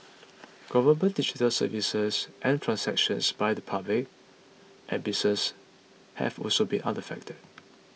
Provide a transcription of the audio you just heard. government digital services and transactions by the public and businesses have also been unaffected